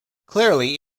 clearly